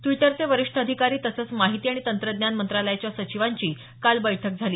द्विटरचे वरिष्ठ अधिकारी तसंच माहिती आणि तंत्रज्ञान मंत्रालयाच्या सचिवांची काल बैठक झाली